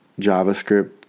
JavaScript